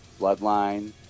Bloodline